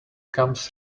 comes